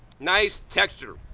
nice texture.